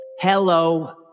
Hello